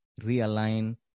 Realign